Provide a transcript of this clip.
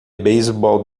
beisebol